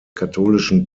katholischen